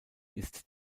ist